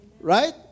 right